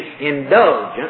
indulgence